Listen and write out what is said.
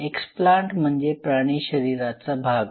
explant म्हणजे प्राणी शरीराचा भाग